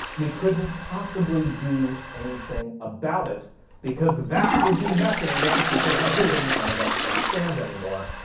we couldn't possibly do anything about it because that would be messing with the secret algorithm that none of us understands anymore.